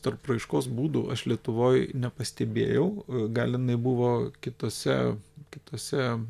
tarp raiškos būdų aš lietuvoj nepastebėjau gal jinai buvo kitose kitose